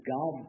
God